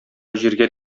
җиргә